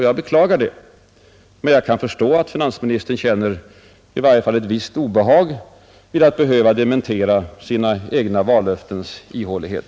Jag beklagar det, men jag kan förstå att finansministern känner i varje fall ett visst obehag vid tanken på att behöva erkänna sina egna vallöftens ihålighet.